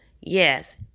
yes